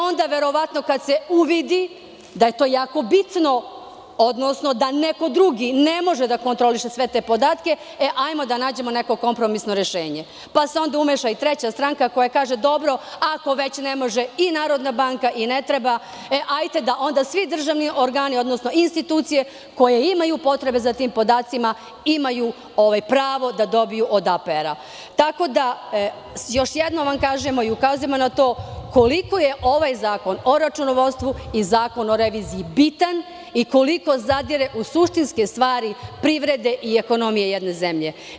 Onda, verovatno kada se uvidi da je to jako bitno, odnosno da neko drugi ne može da kontroliše sve te podatke, hajmo da nađemo neko kompromisno rešenje, pa se onda umeša i treća stranka, koja kaže – dobro ako već ne može i Narodna banka i ne treba, e hajde da onda svi državni organi, odnosno institucije koje imaju potrebe za tim podacima, imaju ovaj pravo da dobiju od APR. Još jednom vam kažemo i ukazujemo na to koliko je ovaj Zakon o računovodstvu i Zakon o reviziji bitan i koliko zadire u suštinske stvari privrede i ekonomije jedne zemlje.